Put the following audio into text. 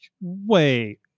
Wait